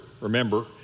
remember